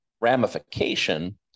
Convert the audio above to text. ramification